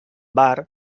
bar